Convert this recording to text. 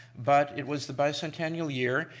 but it was the bicentennial year,